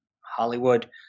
Hollywood